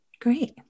Great